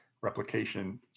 replication